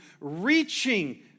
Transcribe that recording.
reaching